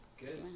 Good